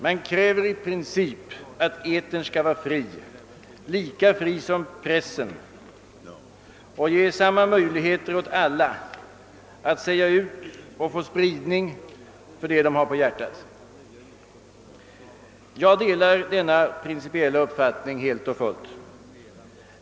Man kräver i princip att etern skall vara fri, lika fri som pressen, och ge samma möjligheter åt alla att säga ut och få spridning för det de har på hjärtat. Jag delar denna principiella uppfattning helt och fullt.